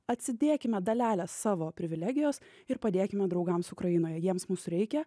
atsidėkime dalelę savo privilegijos ir padėkime draugams ukrainoje jiems mūsų reikia